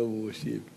היום הוא השיב.